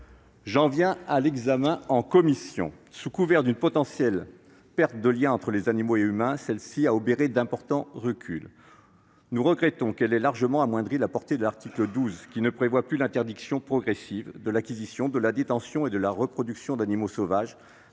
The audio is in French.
J'en viens à l'examen du texte par la commission. Sous couvert d'une potentielle perte de lien entre les animaux et les humains, la commission a opéré d'importants reculs. Nous regrettons notamment qu'elle ait largement amoindri la portée de l'article 12, lequel ne prévoit plus l'interdiction progressive de l'acquisition, de la détention et de la reproduction d'animaux sauvages